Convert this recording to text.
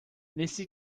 nesse